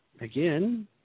Again